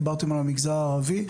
דיברתם על המגזר הערבי,